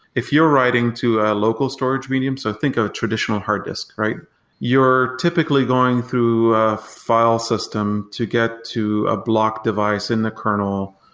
if you're writing to a local storage medium, so think of a traditional hard disk. you're typically going through file system to get to a block device in the kernel.